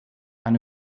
eine